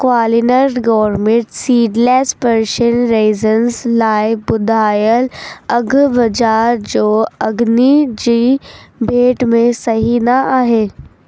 Qualinut gourmet seedless Persian raisins लाइ ॿुधायल अघु बाज़ारि जो अगनी जी भेंट में सही न आहे